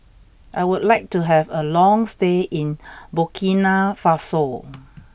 I would like to have a long stay in Burkina Faso